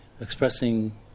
expressing